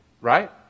right